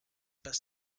best